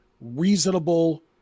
reasonable